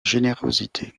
générosité